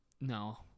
No